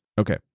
Okay